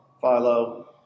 Philo